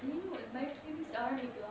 சாகுறதுக்கா:saagurathukaa